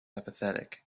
apathetic